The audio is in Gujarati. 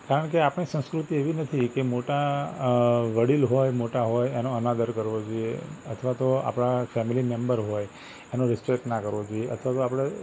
કારણ કે આપણી સંસ્કૃતિ એવી નથી કે મોટા વડીલ હોય મોટાં હોય એનો અનાદર કરવો જોઈએ અથવા તો આપણા ફૅમેલી મૅમ્બર હોય એનો રીસ્પૅક્ટ ના કરવો જોઈએ અથવા તો આપણે